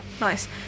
nice